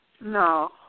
No